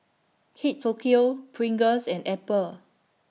Kate Tokyo Pringles and Apple